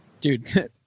dude